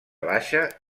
baixa